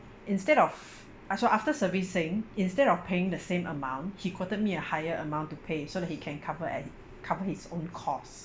instead of uh so after servicing instead of paying the same amount he quoted me a higher amount to pay so that he can cover at cover his own cost